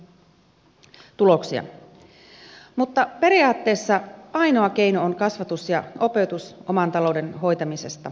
mutta periaatteessa ainoa keino on kasvatus ja opetus oman talouden hoitamisesta